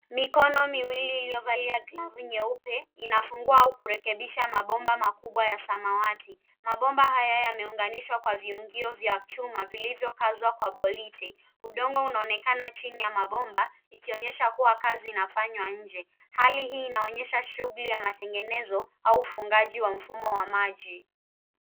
Mikono miwili iliyovaliwa glavu nyeupe, inafungua au kurekebisha mabomba makubwa ya samawati. Mabomba haya yameunganishwa kwa viungio vya chuma, vilivyokazwa kwa boliti. Udongo unaonekana chini ya mabomba, ikionyesha kuwa kazi inafanywa nje. Hali hii inaonyesha shughuli ya matengenezo au ufungaji wa mfumo wa maji.